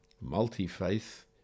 multi-faith